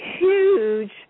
huge